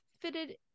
fitted